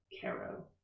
Caro